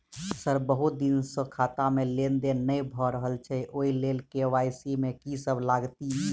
Sir बहुत दिन सऽ खाता मे लेनदेन नै भऽ रहल छैय ओई लेल के.वाई.सी मे की सब लागति ई?